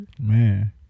Man